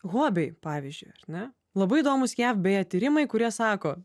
hobiai pavyzdžiui ne labai įdomūs jav beje tyrimai kurie sako